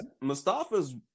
Mustafa's